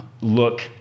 look